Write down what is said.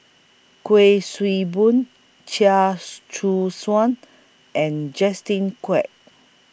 Kuik Swee Boon Chia Choo Suan and Justin Quek